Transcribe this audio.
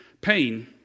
pain